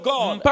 God